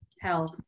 health